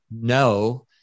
no